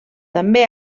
també